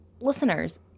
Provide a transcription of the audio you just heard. Listeners